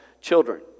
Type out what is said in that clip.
children